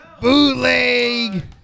Bootleg